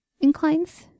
inclines